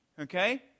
okay